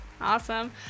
Awesome